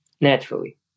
naturally